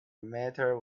matter